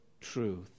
truth